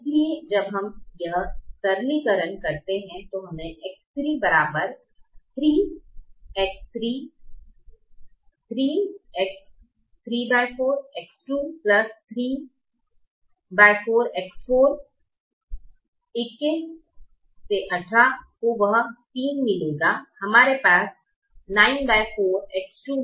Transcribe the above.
इसलिए जब हम यह सरलीकरण करते हैं तो हमें X33−34 X234 X4 21 18 को वह 3 मिलेगा हमारे पास 94 X2−3 X2 है